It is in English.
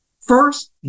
First